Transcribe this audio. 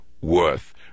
worth